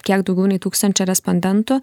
kiek daugiau nei tūkstančio respondentų